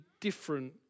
different